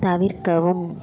தவிர்க்கவும்